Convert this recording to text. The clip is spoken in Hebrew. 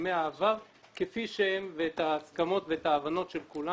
הסכמי העבר כפי שהם ואת ההסכמות ואת ההבנות של כולם